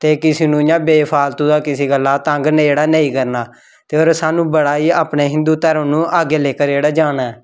ते किसी नू इ'यां बे फालतु दा किसी गल्ला तंग ऐ जेह्ड़ा नेईं करना ते और सानूं बड़ा गै अपने हिंदू धर्म नू अग्गे लेकर जेह्ड़ा जाना ऐ